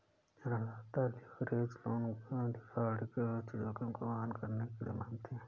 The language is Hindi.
ऋणदाता लीवरेज लोन को डिफ़ॉल्ट के उच्च जोखिम को वहन करने के लिए मानते हैं